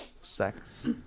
Sex